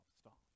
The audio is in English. stop